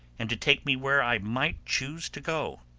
and to take me where i might choose to go.